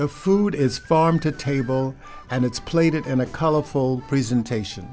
the food is farm to table and it's played it in a colorful presentation